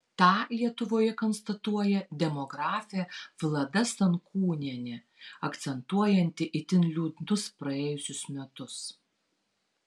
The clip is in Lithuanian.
tą lietuvoje konstatuoja demografė vlada stankūnienė akcentuojanti itin liūdnus praėjusius metus